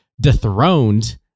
dethroned